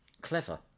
clever